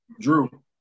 Drew